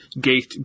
gate